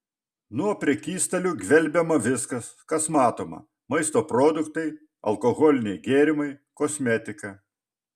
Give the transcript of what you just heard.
nuo prekystalių gvelbiama viskas kas matoma maisto produktai alkoholiniai gėrimai kosmetika